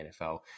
NFL